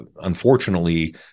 unfortunately